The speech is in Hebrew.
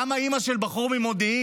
למה אימא של בחור ממודיעין